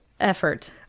effort